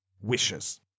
Wishes